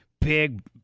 Big